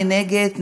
מי נגד?